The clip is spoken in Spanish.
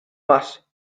más